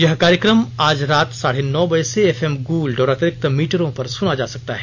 यह कार्यक्रम आज रात साढे नौ बजे से एफएम गोल्ड और अतिरिक्त मीटरों पर सुना जा सकता है